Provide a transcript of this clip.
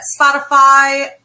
Spotify